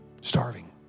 Starving